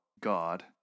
God